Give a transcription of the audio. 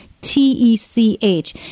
T-E-C-H